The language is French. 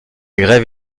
grève